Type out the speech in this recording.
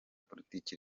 politiki